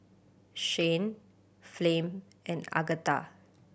Shyann Flem and Agatha